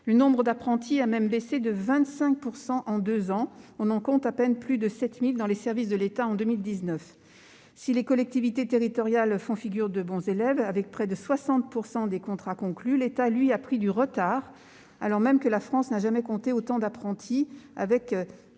Le nombre d'apprentis a même baissé de 25 % en deux ans : on en compte à peine plus de 7 000 dans les services de l'État en 2019. Si les collectivités territoriales font figure de bons élèves, avec près de 60 % des contrats conclus, l'État, lui, a pris du retard, alors même que la France n'a jamais compté autant d'apprentis.